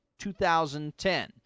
2010